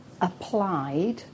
applied